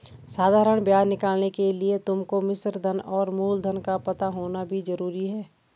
साधारण ब्याज निकालने के लिए तुमको मिश्रधन और मूलधन का पता होना भी जरूरी है